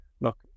Look